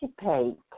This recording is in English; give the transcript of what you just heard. participate